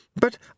But